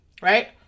right